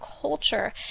culture